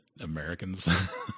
americans